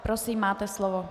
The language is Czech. Prosím, máte slovo.